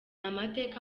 amateka